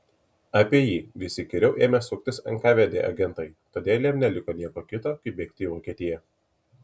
apie jį vis įkyriau ėmė suktis nkvd agentai todėl jam neliko nieko kito kaip bėgti į vokietiją